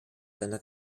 seiner